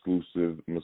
exclusive